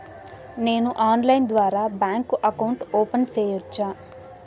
నేను ఆన్లైన్ ద్వారా bank account open సేయొచ్చా?